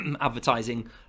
advertising